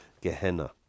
Gehenna